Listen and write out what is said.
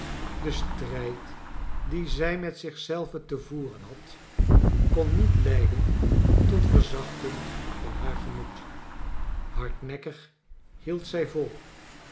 de strijd dien zij met zich zelve te voeren had kon niet leiden tot verzachting van haar gemoed hardnekkig hield zij vol